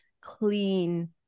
clean